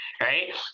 Right